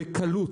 בקלות,